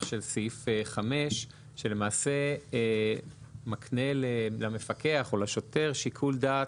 של סעיף 5 שלמעשה מקנה למפקח או לשוטר שיקול דעת